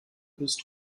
ist